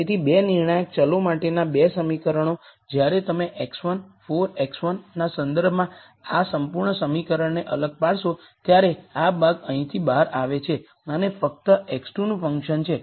તેથી 2 નિર્ણાયક ચલો માટેના 2 સમીકરણો જ્યારે તમે x1 4 x1 ના સંદર્ભમાં આ સંપૂર્ણ સમીકરણને અલગ પાડશો ત્યારે આ ભાગ અહીંથી બહાર આવે છે અને આ ફક્ત x2 નું ફંકશન છે